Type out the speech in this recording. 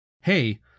Hey